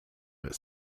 but